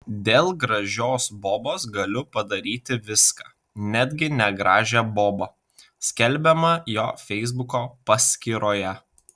dėl gražios bobos galiu padaryti viską netgi negražią bobą skelbiama jo feisbuko paskyroje